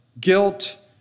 guilt